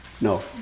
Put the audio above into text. No